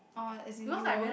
oh as in you won't